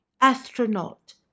astronaut